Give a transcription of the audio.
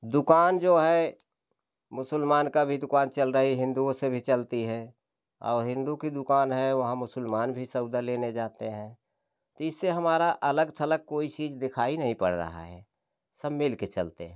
दुकान जो है मुसलमान का भी दुकान चल रहे हिंदुओं से भी चलती है और हिंदू की दुकान है वहाँ मुसलमान भी सौदा लेने जाते हैं इससे हमारा अलग अलग कोई चीज दिखाई नहीं पड़ रहा है सब मिल के चलते हैं